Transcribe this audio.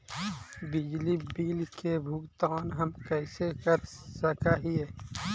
बिजली बिल के भुगतान हम कैसे कर सक हिय?